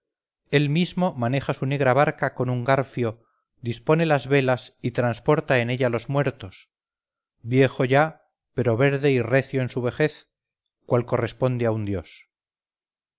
él mismo maneja su negra barca con un garfio dispone las velas y transporta en ella los muertos viejo ya pero verde y recio en su vejez cual corresponde a un dios